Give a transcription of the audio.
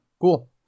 cool